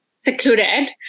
secluded